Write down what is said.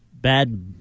bad